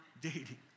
dating